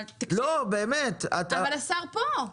אבל השר פה.